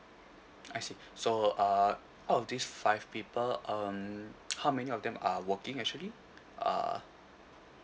I see so uh all of these five people um how many of them are working actually err